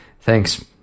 Thanks